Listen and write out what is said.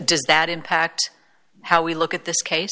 does that impact how we look at this case